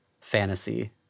fantasy